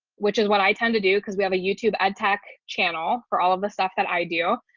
which is what i tend to do because we have a youtube ad tech channel for all of the stuff that i do.